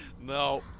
No